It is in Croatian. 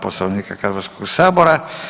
Poslovnika Hrvatskoga sabora.